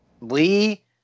Lee